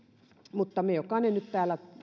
mutta me jokainen täällä